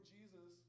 Jesus